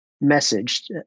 message